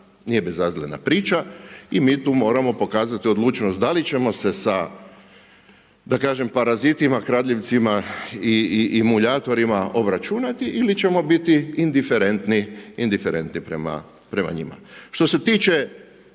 nije bezazlena priča i mi tu moramo pokazati odlučnost da li ćemo se sa, da kažem parazitima, kradljivcima i muljatorima obračunati ili ćemo biti indiferentni prema njima. Što se tiče